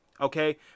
okay